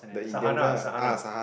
Sahana Sahana